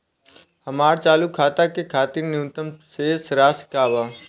हमार चालू खाता के खातिर न्यूनतम शेष राशि का बा?